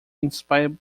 inspired